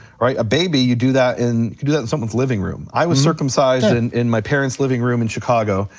right? a baby, you do that, you can do that in someone's living room, i was circumcised and in my parent's living room in chicago